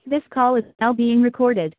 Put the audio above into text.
this call is now being recorded